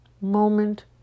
Moment